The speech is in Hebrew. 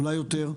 אולי יותר,